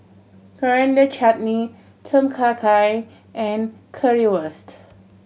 Coriander Chutney Tom Kha Gai and Currywurst